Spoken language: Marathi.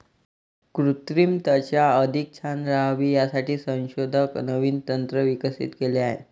कृत्रिम त्वचा अधिक छान राहावी यासाठी संशोधक नवीन तंत्र विकसित केले आहे